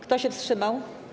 Kto się wstrzymał?